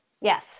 Yes